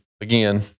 again